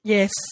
Yes